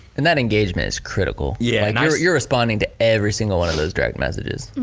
and that engagement is critical. yeah you're responding to every single one of those direct messages.